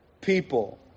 people